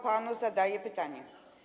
Panu zadaję pytanie.